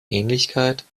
ähnlichkeit